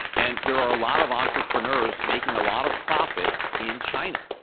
and there are a lot of entrepreneurs making a lot of profit in china.